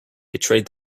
betrayed